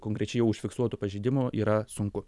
konkrečiai užfiksuotų pažeidimų yra sunku